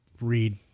read